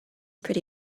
pretty